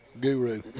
guru